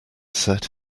set